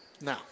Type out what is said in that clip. No